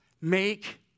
make